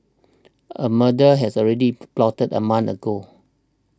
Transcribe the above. a murder has already plotted a month ago